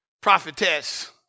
prophetess